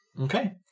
Okay